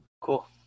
Cool